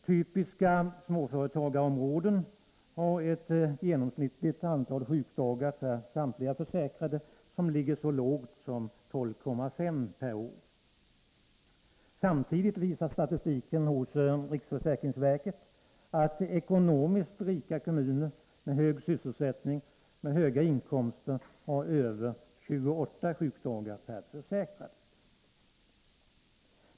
Typiska småföretagareområden har ett genomsnittligt antal sjukdagar per år för samtliga försäkrade som ligger så lågt som 12,5. Samtidigt visar statistiken hos riksförsäkringsverket att rika kommuner med hög sysselsättning och med höga inkomster har över 28 sjukdagar per försäkrad.